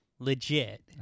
Legit